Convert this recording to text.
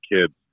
kids